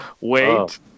Wait